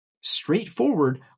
straightforward